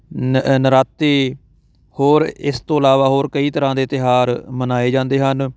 ਨ ਨਰਾਤੇ ਹੋਰ ਇਸ ਤੋਂ ਇਲਾਵਾ ਹੋਰ ਕਈ ਤਰ੍ਹਾਂ ਦੇ ਤਿਉਹਾਰ ਮਨਾਏ ਜਾਂਦੇ ਹਨ